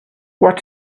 what